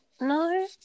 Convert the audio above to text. no